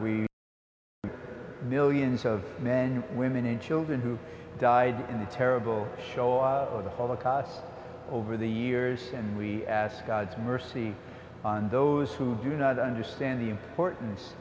are millions of men women and children who died in the terrible show or the holocaust over the years and we ask god's mercy on those who do not understand the importance